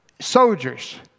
soldiers